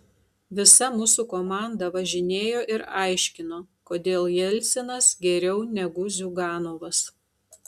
visa mūsų komanda važinėjo ir aiškino kodėl jelcinas geriau negu ziuganovas